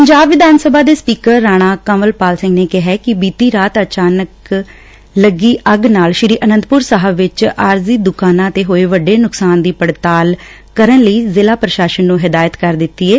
ਪੰਜਾਬ ਵਿਧਾਨ ਸਭਾ ਦੇ ਸਪੀਕਰ ਰਾਣਾ ਕੰਵਰ ਪਾਲ ਸਿੰਘ ਨੇ ਕਿਹੈ ਕਿ ਬੀਤੀ ਰਾਤ ਅਚਾਨਕ ਲੱਗੀ ਅੱਗ ਨਾਲ ਸ੍ੀ ਅਨੰਦਪੁਰ ਸਾਹਿਬ ਵਿੱਚ ਆਰਜੀ ਦੁਕਾਨਾ ਦੇ ਹੋਏ ਵੱਡੇ ਨੁਕਸਾਨ ਦੀ ਪੜਤਾਲ ਕਰਨ ਲਈ ਜਿਲਾ ਪ੍ਸਾਸ਼ਨ ਨੂੰ ਹਦਾਇਤ ਕਰ ਦਿੱਤੀ ਏ